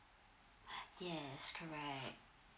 yes correct